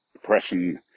depression